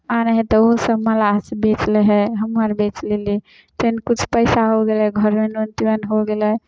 आनै हइ तऽ ओहोसभ मलाहसँ बेचि लै हइ हमहूँ आर बेचि लेली फेर किछु पइसा हो गेलै घरमे नून तीमन हो गेलै